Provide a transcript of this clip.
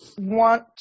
want